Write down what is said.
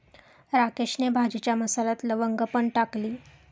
राकेशने भाजीच्या मसाल्यात लवंग पण टाकली